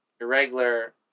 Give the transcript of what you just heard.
Irregular